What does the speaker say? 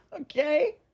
Okay